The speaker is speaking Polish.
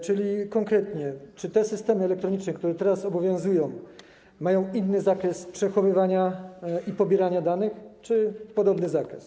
Czyli konkretnie: Czy te systemy elektroniczne, które teraz obowiązują, mają inny zakres przechowywania i pobierania danych czy podobny zakres?